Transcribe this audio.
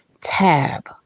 tab